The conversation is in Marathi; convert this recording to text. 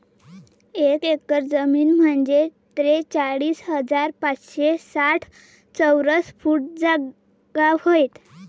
एक एकर जमीन म्हंजे त्रेचाळीस हजार पाचशे साठ चौरस फूट जागा व्हते